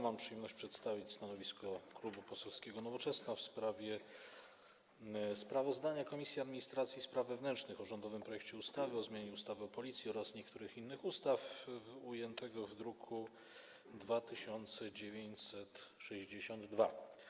Mam przyjemność przedstawić stanowisko Klubu Poselskiego Nowoczesna w sprawie sprawozdania Komisji Administracji i Spraw Wewnętrznych o rządowym projekcie ustawy o zmianie ustawy o Policji oraz niektórych innych ustaw, ujętego w druku nr 2962.